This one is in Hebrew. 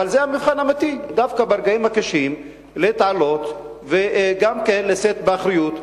אבל זה המבחן האמיתי: דווקא ברגעים הקשים להתעלות וגם לשאת באחריות,